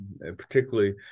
Particularly